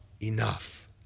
enough